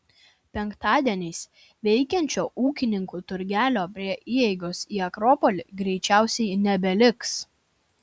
penktadieniais veikiančio ūkininkų turgelio prie įeigos į akropolį greičiausiai nebeliks